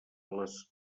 les